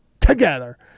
together